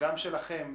גם שלכם,